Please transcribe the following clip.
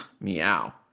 Meow